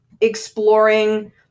exploring